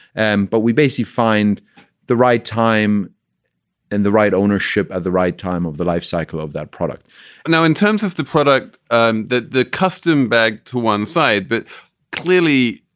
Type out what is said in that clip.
and but we basically find the right time and the right ownership at the right time of the lifecycle of that product and now in terms of the product, and the the custom bag to one side. but clearly,